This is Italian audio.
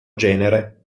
genere